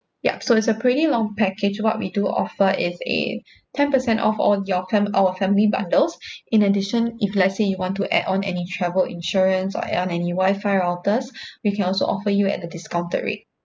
yup so it's a pretty long package what we do offer is a ten percent off on your fam~ our family bundles in addition if let's say you want to add on any travel insurance or add on any wifi routers we can also offer you at a discounted rate